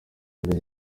ibye